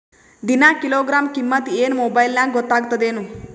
ದಿನಾ ಕಿಲೋಗ್ರಾಂ ಕಿಮ್ಮತ್ ಏನ್ ಮೊಬೈಲ್ ನ್ಯಾಗ ಗೊತ್ತಾಗತ್ತದೇನು?